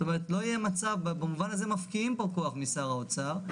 זאת אומרת, במובן הזה מפקיעים פה כוח משר האוצר,